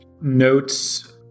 notes